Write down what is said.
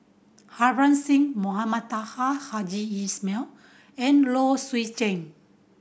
Harbans Singh Mohamed Taha Haji Jamil and Low Swee Chen